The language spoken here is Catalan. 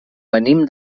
venim